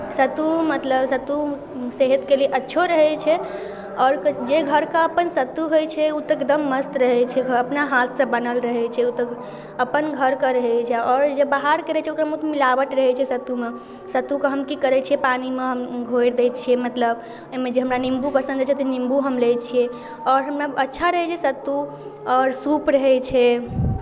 सत्तू मतलब सत्तू सेहतके लिए अच्छो रहै छै आओर जे घरके अपन सत्तू होइ छै ओ तऽ एकदम मस्त रहै छै अपना हाथसँ बनल रहै छै ओ तऽ अपन घरके रहै छै आओर जे बाहरके रहै छै ओकरमे तऽ मिलावट रहै छै सत्तूमे सत्तूके हम की करै छियै पानिमे हम घोरि दै छियै मतलब एहिमे जे हमरा निम्बू पसन्द अछि तऽ हम निम्बू लैत छियै आओर हमरा अच्छा रहै छै सत्तू आओर सूप रहै छै